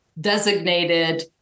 designated